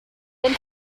denn